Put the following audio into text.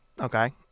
okay